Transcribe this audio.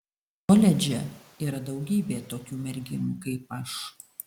koledže yra daugybė tokių merginų kaip aš